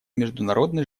международный